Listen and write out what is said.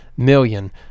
Million